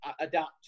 adapt